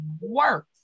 work